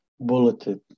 bulleted